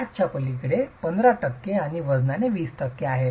5 च्या पलीकडे 15 टक्के आणि वजनाने 20 टक्के आहे